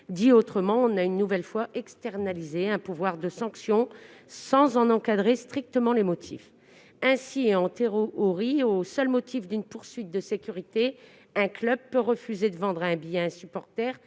Autrement dit, on a une nouvelle fois externalisé un pouvoir de sanction, sans en définir strictement les contours. Ainsi, et en théorie, au seul motif qu'il cherche à préserver sa sécurité, un club peut refuser de vendre un billet à un supporter